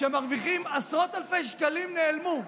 שמרוויחים עשרות אלפי שקלים, נעלמו.